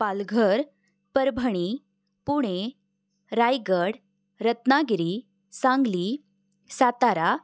Palghar Parbhani Pune Raigad Ratnagiri Sangli Satara